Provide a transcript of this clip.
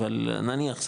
אבל נניח,